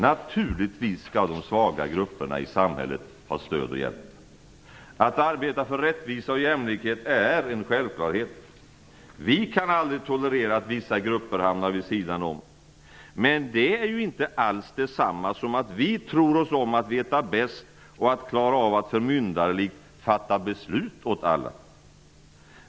Naturligtvis skall de svaga grupperna i samhället ha stöd och hjälp. Att arbeta för rättvisa och jämlikhet är en självklarhet. Vi kan aldrig tolerera att vissa grupper hamnar vid sidan om. Men det är inte alls det samma som att vi tror oss om att veta bäst och att klara av att förmyndarlikt fatta beslut åt alla.